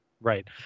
right